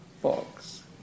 box